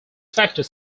factors